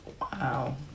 Wow